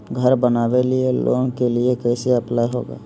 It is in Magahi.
घर बनावे लिय लोन के लिए कैसे अप्लाई होगा?